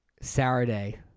Saturday